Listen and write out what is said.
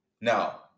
Now